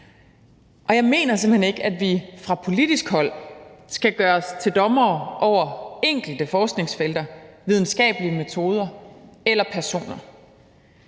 Og jeg mener simpelt hen ikke, at vi fra politisk hold skal gøre os til dommere over enkelte forskningsfelter, videnskabelige metoder eller personer.